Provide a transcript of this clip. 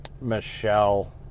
Michelle